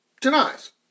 denies